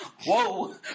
Whoa